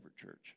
church